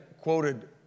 quoted